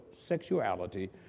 sexuality